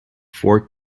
fork